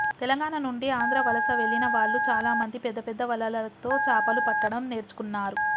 తెలంగాణ నుండి ఆంధ్ర వలస వెళ్లిన వాళ్ళు చాలామంది పెద్దపెద్ద వలలతో చాపలు పట్టడం నేర్చుకున్నారు